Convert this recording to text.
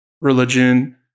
religion